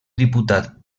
diputat